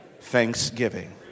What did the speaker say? thanksgiving